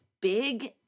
big